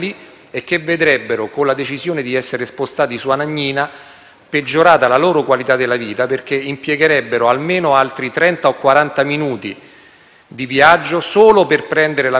peggiorata la loro qualità della vita, perché impiegherebbero almeno altri trenta o quaranta minuti di viaggio solo per prendere la metropolitana e raggiungere l'estrema periferia, dove oggi è collocata